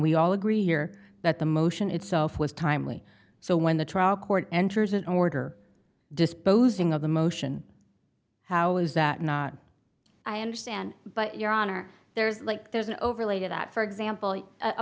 we all agree here that the motion itself was timely so when the trial court enters an order disposing of the motion how is that not i understand but your honor there's like there's an overlay to that for example a